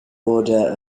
order